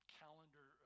calendar